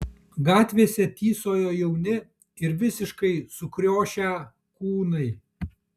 gatvėse tysojo jauni ir visiškai sukriošę kūnai